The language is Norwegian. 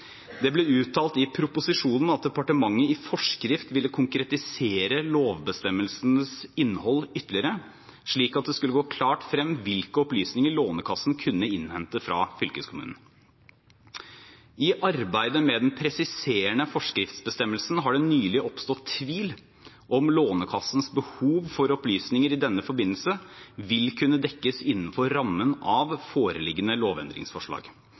Det ble uttalt i proposisjonen at departementet i forskrift ville konkretisere lovbestemmelsens innhold ytterligere, slik at det skulle gå klart frem hvilke opplysninger Lånekassen kunne innhente fra fylkeskommunen. I arbeidet med den presiserende forskriftsbestemmelsen har det nylig oppstått tvil om Lånekassens behov for opplysninger i denne forbindelse vil kunne dekkes innenfor rammen av foreliggende lovendringsforslag.